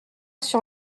sur